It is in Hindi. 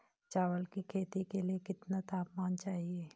चावल की खेती के लिए कितना तापमान चाहिए?